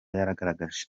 yagaragaje